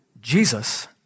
Jesus